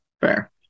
Fair